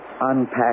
unpack